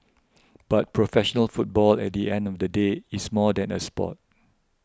but professional football at the end of the day is more than a sport